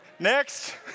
Next